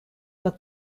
but